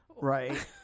Right